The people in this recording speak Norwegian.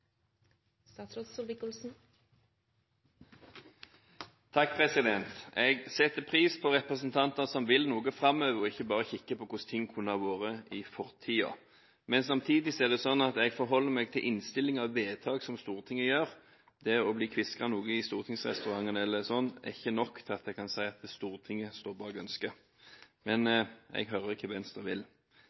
Jeg setter pris på representanter som vil noe framover – og ikke bare kikker på hvordan ting kunne ha vært i fortiden. Samtidig forholder jeg meg til innstillinger og til vedtak som Stortinget fatter. Det å bli hvisket noe i stortingsrestauranten osv. er ikke nok til at jeg kan si at Stortinget står bak ønsket, men jeg hører hva Venstre vil.